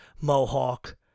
Mohawk